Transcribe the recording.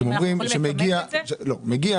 מגיע